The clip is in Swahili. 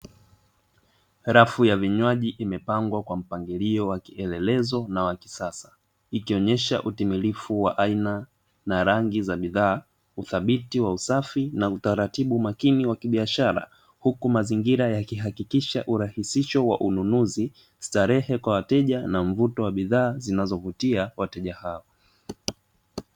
Rafu ya vinywaji imepangwa kwa mpangilio wa kielelezo na wa kisasa, ikionyesha utimilifu wa aina na rangi za bidhaa, udhabiti wa usafi na utaratibu makini wa kibiashara; huku mazingira yakihakikisha urahisisho wa manunuzi na mvuto wa bidhaa zinazovutia wateja hao.